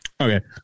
Okay